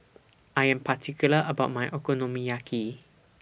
I Am particular about My Okonomiyaki